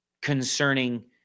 concerning